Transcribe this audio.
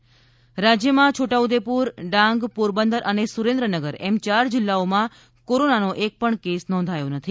જોકે રાજ્યમાં છોટાઉદ્દેપુર ડાંગ પોરબંદર અને સુરેન્દ્રનગર એમ યાર જિલ્લાઓમાં કોરોનાનો એક પણ કેસ નોંધાયો નથી